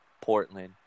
Portland